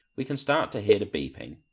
we can start to hear the beeping.